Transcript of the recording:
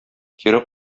кире